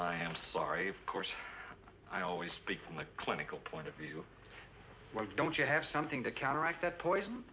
i am sorry of course i always speak from a clinical point of view don't you have something to counteract that poison